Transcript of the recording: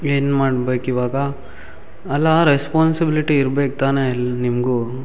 ಏನು ಮಾಡ್ಬೇಕು ಇವಾಗ ಅಲ್ಲ ರೆಸ್ಪಾನ್ಸಿಬಿಲಿಟಿ ಇರ್ಬೇಕು ತಾನೇ ಎಲ್ಲ ನಿಮಗೂ